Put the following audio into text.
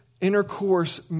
intercourse